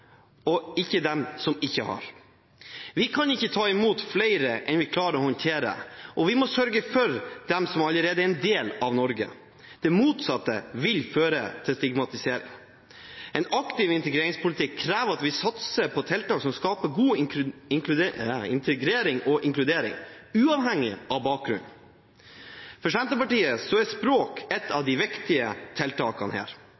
og ikke de som ikke har det. Vi kan ikke ta imot flere enn vi klarer å håndtere, og vi må sørge for dem som allerede er en del av Norge. Det motsatte vil føre til stigmatisering. En aktiv integreringspolitikk krever at vi satser på tiltak som skaper god integrering og inkludering, uavhengig av bakgrunn. For Senterpartiet er språk et av de viktige tiltakene her.